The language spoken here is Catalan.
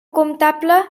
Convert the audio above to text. comptable